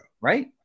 Right